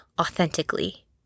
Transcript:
authentically